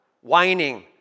Whining